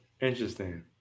Interesting